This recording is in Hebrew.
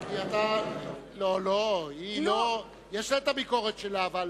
יש לה את הביקורת שלה, אבל